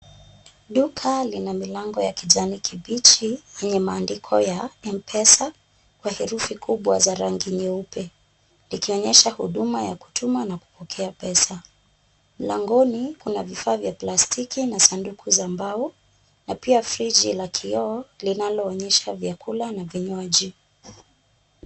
Duka lina milango ya kijani kibichi, yenye maandiko ya M-Pesa kwa herufi kubwa za rangi nyeupe, likionyesha huduma ya kutuma na kupokea pesa. Mlangoni kuna vifaa vya plastiki na sanduku za mbao na pia friji la kioo, linaloonyesha vyakula na vinywaji.